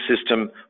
system